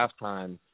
halftime –